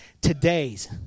Today's